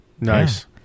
Nice